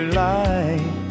light